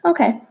Okay